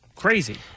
Crazy